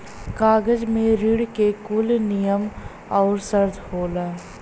कागज मे ऋण के कुल नियम आउर सर्त होला